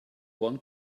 want